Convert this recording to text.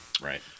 right